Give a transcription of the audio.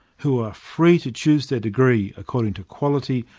who are free to choose their degree according to quality,